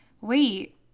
wait